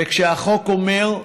וכשהחוק אומר,